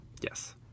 Yes